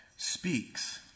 speaks